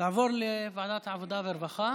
תעבור לוועדת העבודה והרווחה.